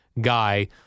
guy